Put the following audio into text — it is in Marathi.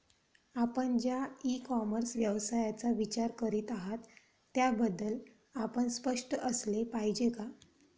आपण ज्या इ कॉमर्स व्यवसायाचा विचार करीत आहात त्याबद्दल आपण स्पष्ट असले पाहिजे का?